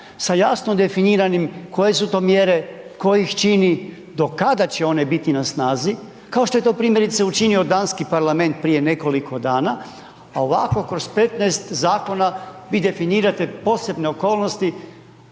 sa jasno definiranim koje su to mjere, ko ih čini, do kada će one biti na snazi kao što je to primjerice učinio danski parlament prije nekoliko dana a ovako kroz 15 zakona, vi definirate posebne okolnosti